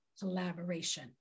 collaboration